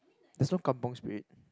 there's no kampung Spirit